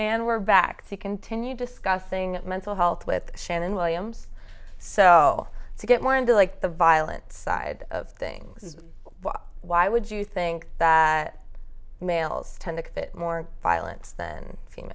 and we're back to continue discussing mental health with shannon williams cell to get more into like the violent side of things is why would you think that males tend to get more violence than